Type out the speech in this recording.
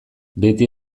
beti